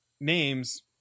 names